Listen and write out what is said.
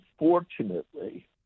Unfortunately